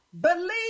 Believe